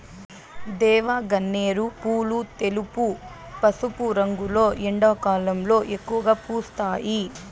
దేవగన్నేరు పూలు తెలుపు, పసుపు రంగులో ఎండాకాలంలో ఎక్కువగా పూస్తాయి